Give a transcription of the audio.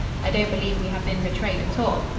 i don't believe we have been betrayed at all.